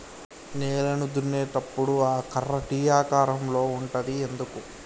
నేలను దున్నేటప్పుడు ఆ కర్ర టీ ఆకారం లో ఉంటది ఎందుకు?